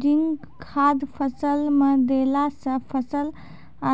zinc खाद फ़सल मे देला से फ़सल